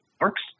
works